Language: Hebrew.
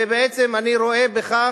ובעצם אני רואה בכך,